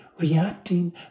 reacting